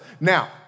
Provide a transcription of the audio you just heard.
Now